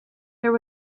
there